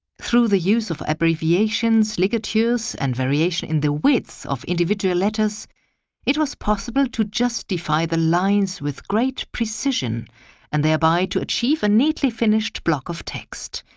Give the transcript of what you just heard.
through the use of abbreviations, ligatures, and variation in the widths of individual letters it was possible to justify the lines with great precision and thereby to achieve a neatly finished block of text.